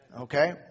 okay